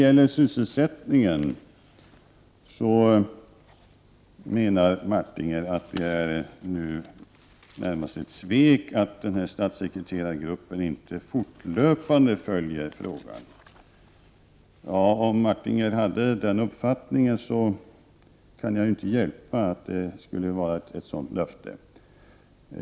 Jerry Martinger menar att det närmast är ett svek att statssekreterargruppen inte fortlöpande följer utvecklingen när det gäller sysselsättningen. Jag kan inte hjälpa om Jerry Martinger har den uppfattningen, att det skulle röra sig om ett sådant löfte.